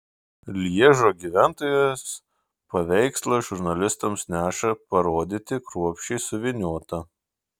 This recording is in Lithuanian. lježo gyventojas paveikslą žurnalistams neša parodyti kruopščiai suvyniotą